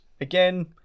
again